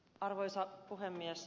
arvoisa puhemies